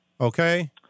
Okay